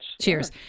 cheers